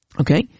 Okay